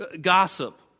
gossip